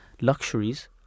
luxuries